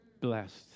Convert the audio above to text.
Blessed